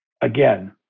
Again